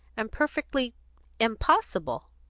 and perfectly impossible.